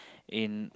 in